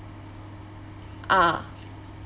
ah